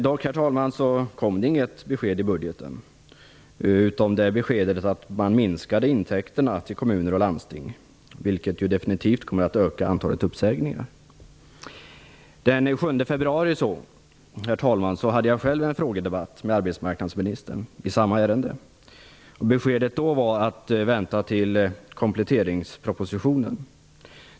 Det blev dock inget besked i budgeten, förutom beskedet att man minskade intäkterna till kommuner och landsting, vilket ju definitivt kommer att öka antalet uppsägningar. Herr talman! Den 7 februari hade jag själv en frågedebatt med arbetsmarknadsministern i samma ärende. Beskedet då var att vi skulle avvakta kompletteringspropositionen.